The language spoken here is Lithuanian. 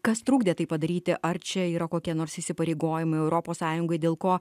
kas trukdė tai padaryti ar čia yra kokie nors įsipareigojimai europos sąjungai dėl ko